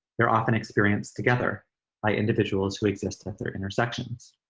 they're often experienced together by individuals who exist at their intersections.